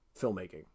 filmmaking